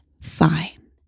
fine